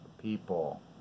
People